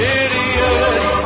idiot